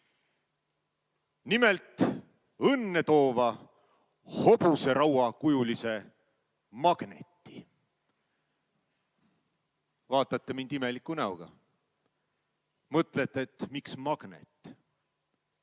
Nimelt, õnne toova hobuserauakujulise magneti. Te vaatate mind imeliku näoga. Mõtlete, miks magnet.